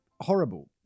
horrible